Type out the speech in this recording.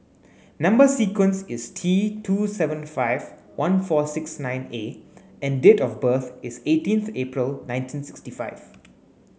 number sequence is T two seven five one four six nine A and date of birth is eighteenth April nineteen sixty five